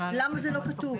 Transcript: בשונה מאדם פרטי.